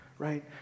right